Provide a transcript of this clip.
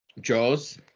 Jaws